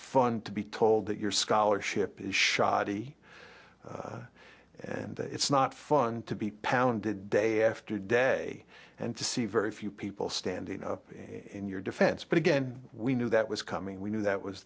fun to be told that your scholarship is shoddy and that it's not fun to be pounded day after day and to see very few people standing up in your defense but again we knew that was coming we knew that was